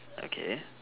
okay